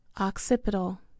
occipital